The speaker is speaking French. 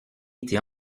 été